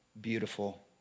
beautiful